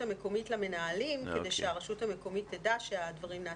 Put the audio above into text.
המקומית למנהלים כדי שהרשות המקומית תדע שהדברים נעשים.